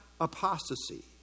apostasy